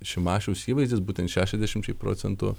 šimašiaus įvaizdis būtent šešiasdešimčiai procentų